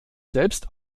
selbst